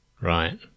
Right